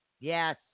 Yes